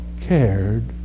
cared